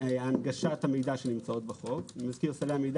הנגשת המידע שנמצאות בחוק סלי המידע